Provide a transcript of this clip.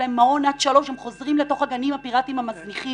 יש להם מעון עד 3:00 והם חוזרים לתוך הגנים הפירטיים המזניחים.